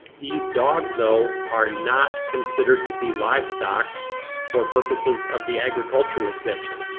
these dogs though are not considered to be livestock for purposes of the agricultural exemption.